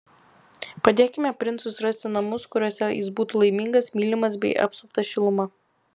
padėkime princui surasti namus kuriuose jis būtų laimingas mylimas bei apsuptas šiluma